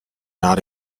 not